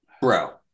Bro